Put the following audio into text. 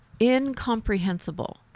incomprehensible